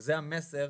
זה המסר.